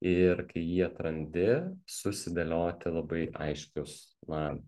ir kai jį atrandi susidėlioti labai aiškius na